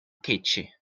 catchy